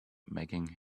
making